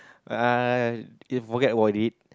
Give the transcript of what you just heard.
ah k forget about it